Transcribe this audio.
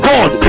God